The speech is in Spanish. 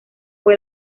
fue